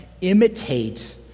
imitate